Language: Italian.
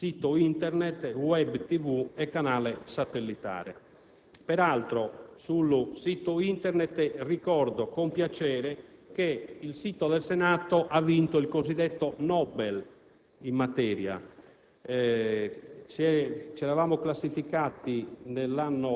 ai risultati, scegliendo strumenti tecnologicamente più avanzati: sito Internet, *web* TV e canale satellitare. Peraltro, ricordo con piacere che il sito Internet del Senato ha vinto il cosiddetto Nobel